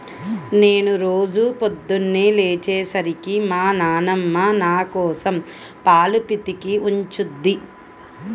నేను రోజూ పొద్దన్నే లేచే సరికి మా నాన్నమ్మ నాకోసం పాలు పితికి ఉంచుద్ది